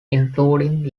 including